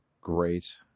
great